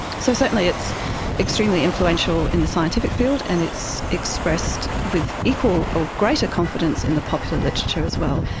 so certainly it's extremely influential in the scientific field and it's expressed with equal or greater confidence in the popular literature as well,